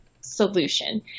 solution